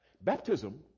baptism